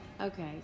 Okay